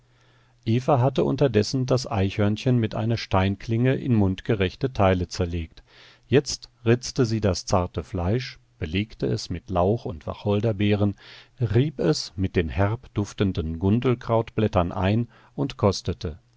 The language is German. hatte unterdessen das eichhörnchen mit einer steinklinge in mundgerechte teile zerlegt jetzt ritzte sie das zarte fleisch belegte es mit lauch und wacholderbeeren rieb es mit den herb duftenden gundelkrautblättern ein und kostete